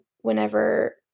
whenever